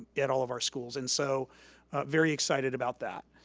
at all of our schools. and so very excited about that.